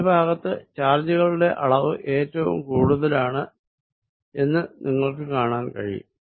മധ്യ ഭാഗത്ത് ചാർജുകളുടെ അളവ് ഏറ്റവും കൂടുതലാണെന്ന് നിങ്ങൾക്ക് കാണാൻ കഴിയും